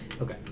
Okay